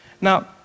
Now